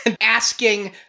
asking